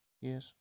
Yes